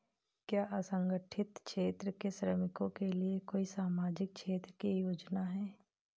क्या असंगठित क्षेत्र के श्रमिकों के लिए कोई सामाजिक क्षेत्र की योजना है?